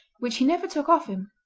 which he never took off him,